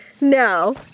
no